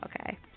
Okay